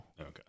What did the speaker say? okay